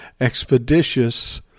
expeditious